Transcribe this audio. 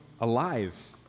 alive